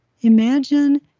imagine